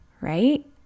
right